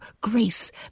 Grace